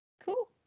Cool